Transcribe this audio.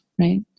right